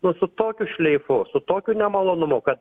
nu su tokiu šleifu su tokiu nemalonumu kad